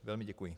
Velmi děkuji.